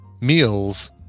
meals